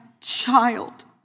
child